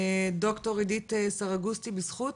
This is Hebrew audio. ד"ר עידית סרגוסטי, בזכות.